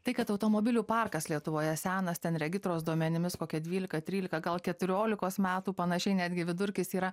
tai kad automobilių parkas lietuvoje senas ten regitros duomenimis kokia dvylika trylika gal keturiolikos metų panašiai netgi vidurkis yra